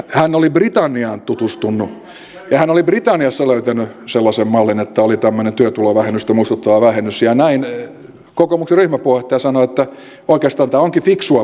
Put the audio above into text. hän oli britanniaan tutustunut ja hän oli britanniassa löytänyt sellaisen mallin että oli tämmöinen työtulovähennystä muistuttava vähennys ja näin kokoomuksen ryhmäpuheenjohtaja sanoi että oikeastaan tämä onkin fiksua politiikkaa